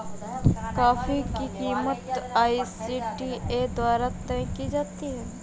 coffee की कीमत ICTA द्वारा तय की जाती है